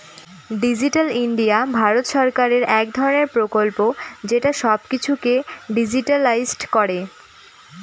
digital India Bharat সরকারের এক ধরনের প্রকল্প যেটা সব কিছুকে ডিজিট্যালাইসড করে